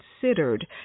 considered